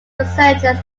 researchers